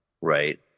right